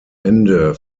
ende